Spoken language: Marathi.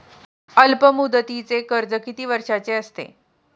अल्पमुदतीचे कर्ज किती वर्षांचे असते?